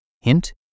Hint